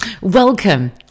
Welcome